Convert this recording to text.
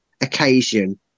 occasion